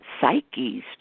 Psyche's